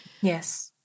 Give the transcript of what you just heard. Yes